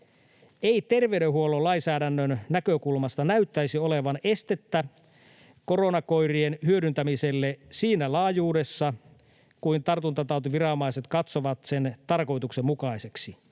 ei terveydenhuollon lainsäädännön näkökulmasta näyttäisi olevan estettä koronakoirien hyödyntämiselle siinä laajuudessa kuin tartuntatautiviranomaiset katsovat sen tarkoituksenmukaiseksi.